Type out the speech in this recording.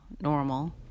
normal